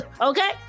okay